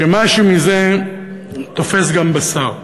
שמשהו מזה תופס גם בשר.